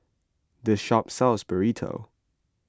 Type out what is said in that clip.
this shop sells Burrito